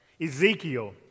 Ezekiel